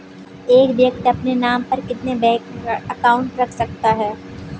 एक व्यक्ति अपने नाम पर कितने बैंक अकाउंट रख सकता है?